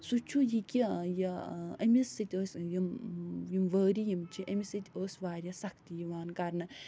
سُہ چھُ یہِ کہِ یہِ أمِس سۭتۍ ٲسۍ یِم یِم وٲری یِم چھِ أمِس سۭتۍ ٲس وارِیاہ سختی یِوان کرنہٕ